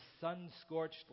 sun-scorched